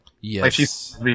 Yes